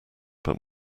but